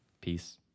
Peace